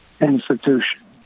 institution